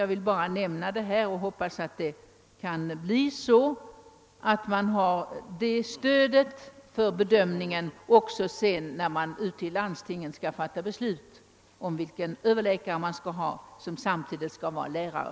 Jag vill bara nämna det här och hoppas att man också skall ha det stödet för bedömningen, när man sedan ute i landstingen skall fatta beslut om tillsättande av överläkare som samtidigt skall vara lärare.